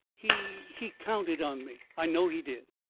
he he counted on me. i know he did.